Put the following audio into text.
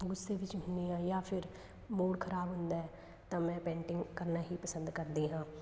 ਗੁੱਸੇ ਵਿੱਚ ਹੁੰਦੀ ਹਾਂ ਜਾਂ ਫਿਰ ਮੂਡ ਖਰਾਬ ਹੁੰਦਾ ਤਾਂ ਮੈਂ ਪੇਂਟਿੰਗ ਕਰਨਾ ਹੀ ਪਸੰਦ ਕਰਦੀ ਹਾਂ